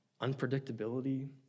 unpredictability